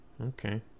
Okay